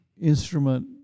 instrument